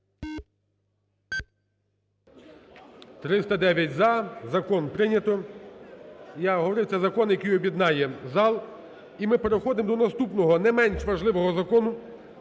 За-309 Закон прийнято. Я говорив, це закон, який об'єднає зал. І ми переходимо до наступного не менш важливого закону